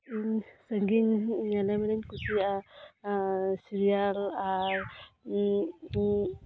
ᱤᱧ ᱥᱟᱺᱜᱤᱧ ᱧᱮᱱᱮᱞᱚᱢ ᱤᱧ ᱠᱩᱥᱤᱭᱟᱜᱼᱟ ᱟᱨ ᱥᱤᱨᱤᱭᱟᱞ ᱟᱨ